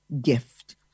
gift